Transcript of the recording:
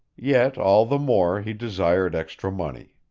yet, all the more, he desired extra money.